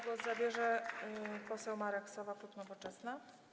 Głos zabierze poseł Marek Sowa, klub Nowoczesna.